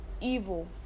evil